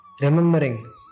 remembering